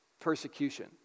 persecution